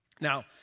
Now